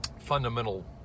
fundamental